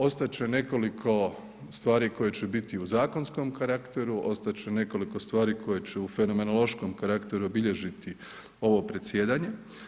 Ostat će nekoliko stvari koje će biti u zakonskom karakteru, ostat će nekoliko stvari koje će u fenomenološkom karakteru obilježiti ovo predsjedanje.